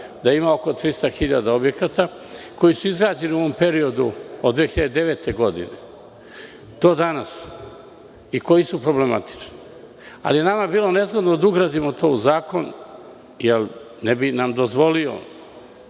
da ima oko 300.000 objekata koji su izgrađeni u ovom periodu od 2009. godine do danas i koji su problematični. Nama je bilo nezgodno da ugradimo to u zakon jer ne bi nam dozvolio